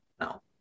No